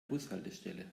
bushaltestelle